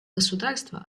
государства